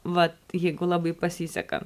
vat jeigu labai pasiseka